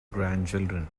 grandchildren